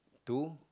to